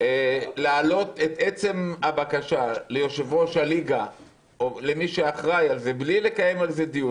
להעלות את עצם הבקשה ליושב-ראש הליגה או למי שאחראי לזה בלי לקיים דיון,